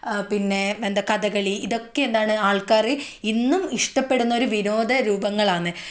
പിന്നെ എന്താ കഥകളി ഇതൊക്കെ എന്താണ് ആൾക്കൃ ഇന്നും ഇഷ്ടപ്പെടുന്ന ഒരു വിനോദരൂപങ്ങളാണ്